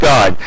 God